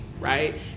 right